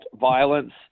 violence